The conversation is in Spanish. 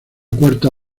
cuarta